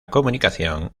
comunicación